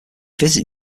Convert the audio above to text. visit